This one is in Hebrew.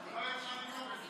מה אתם תעשו עכשיו?